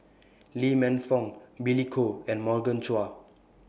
Lee Man Fong Billy Koh and Morgan Chua